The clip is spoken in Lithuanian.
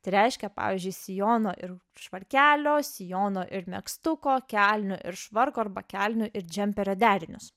tai reiškia pavyzdžiui sijono ir švarkelio sijono ir megztuko kelnių ir švarko arba kelnių ir džemperio derinius